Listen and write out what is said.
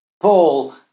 Paul